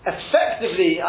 Effectively